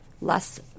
Less